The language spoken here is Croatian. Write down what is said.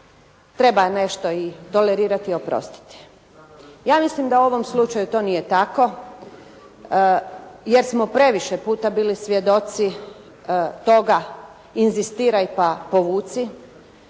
treba nešto i tolerirati i oprostiti. Ja mislim da u ovom slučaju to nije tako, jer smo previše puta bili svjedoci toga inzistiraj pa povuci,